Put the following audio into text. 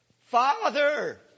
Father